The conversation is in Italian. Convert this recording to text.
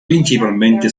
principalmente